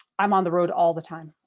i'm on the road all the time.